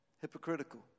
hypocritical